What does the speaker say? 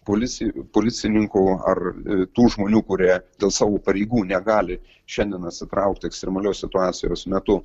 policija policininkų ar tų žmonių kurie dėl savo pareigų negali šiandien atsitraukti ekstremalios situacijos metu